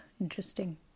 interesting